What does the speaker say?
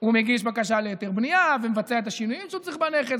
הוא מגיש בקשה להיתר בנייה ומבצע את השינויים שהוא צריך בנכס,